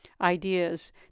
ideas